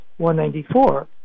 194